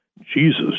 Jesus